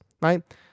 right